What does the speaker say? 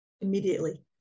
immediately